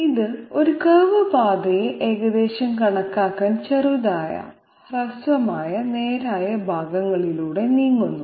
ഇത് ഒരു കർവ് പാതയെ ഏകദേശം കണക്കാക്കാൻ ചെറുതായ ഹ്രസ്വമായ നേരായ ഭാഗങ്ങളിലൂടെ നീങ്ങുന്നു